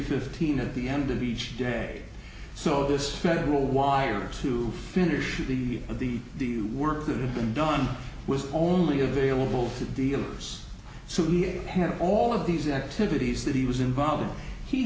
fifteen at the end of each day so this federal wires who finishes the of the work that have been done was only available to deal so we had all of these activities that he was involved he he